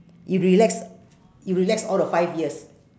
if relax if relax all the five years